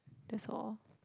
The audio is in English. that's all